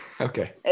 Okay